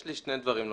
יש לי שני דברים לומר.